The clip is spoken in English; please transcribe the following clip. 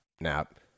Nap